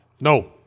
No